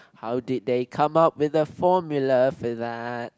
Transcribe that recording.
how did they come up with the formula for that